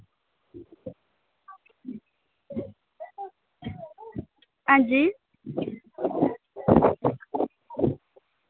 हां जी